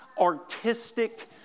artistic